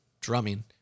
drumming